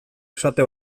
esate